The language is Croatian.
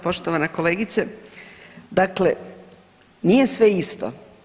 Poštovana kolegice, dakle nije sve isto.